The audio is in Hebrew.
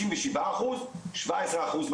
57 אחוז, בנות: 17 אחוז,